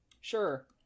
sure